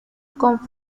con